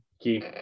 key